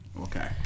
Okay